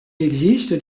existe